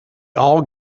all